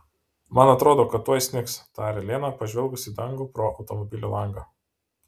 man atrodo kad tuoj snigs tarė lena pažvelgus į dangų pro automobilio langą